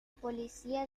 policía